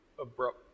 abrupt